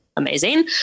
Amazing